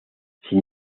sin